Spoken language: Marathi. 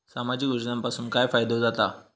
सामाजिक योजनांपासून काय फायदो जाता?